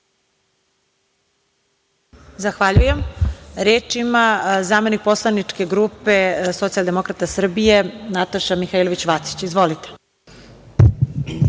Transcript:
Zahvaljujem. Reč ima zamenik poslaničke grupe Socijaldemokratske partije Srbije Nataša Mihailović Vacić. Izvolite.